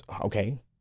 Okay